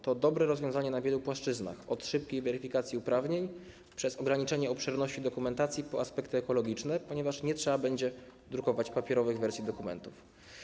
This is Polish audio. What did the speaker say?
To dobre rozwiązanie na wielu płaszczyznach: od szybkiej weryfikacji uprawnień, przez ograniczenie obszerności dokumentacji, po aspekty ekologiczne, ponieważ nie trzeba będzie drukować papierowej wersji dokumentów.